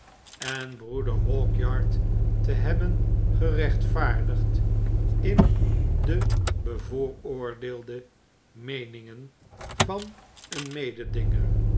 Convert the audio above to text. en broeder hawkyard te hebben gerechtvaardigd in de bevooroordeelde meeningen van een mededinger